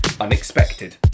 unexpected